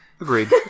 Agreed